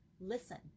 Listen